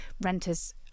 renters